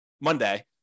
monday